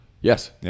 Yes